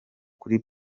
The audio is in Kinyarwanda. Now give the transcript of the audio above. kuri